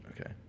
Okay